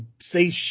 say